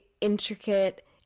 intricate